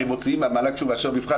הרי המל"ג כשמאשר מבחן,